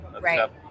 right